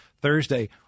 Thursday